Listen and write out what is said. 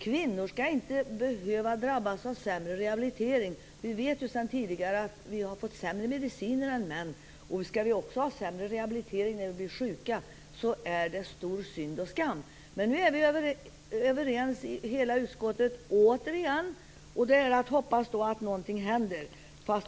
Kvinnor skall inte behöva drabbas av sämre rehabilitering. Vi vet sedan tidigare att vi får sämre mediciner än män. Skall vi också få sämre rehabilitering när vi blir sjuka är det stor synd och skam. Nu är återigen hela utskottet överens. Vi hoppas därför att någonting händer.